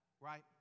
right